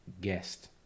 guest